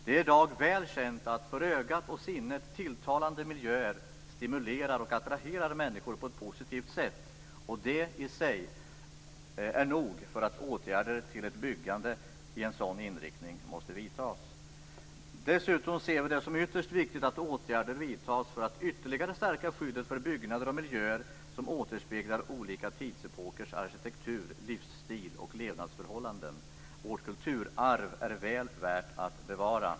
Det är i dag väl känt att för ögat och sinnet tilltalande miljöer stimulerar och attraherar människor på ett positivt sätt, och det i sig är nog för att åtgärder för ett byggande med en sådan inriktning måste vidtas. Dessutom ser vi det som ytterst viktigt att åtgärder vidtas för att ytterligare stärka skyddet för byggnader och miljöer som återspeglar olika tidsepokers arkitektur, livsstil och levnadsförhållanden. Vårt kulturarv är väl värt att bevara.